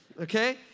okay